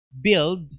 build